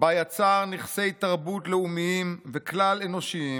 בה יצר נכסי תרבות לאומיים וכלל-אנושיים